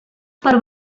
per